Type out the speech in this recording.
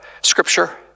scripture